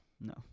No